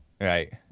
Right